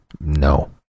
No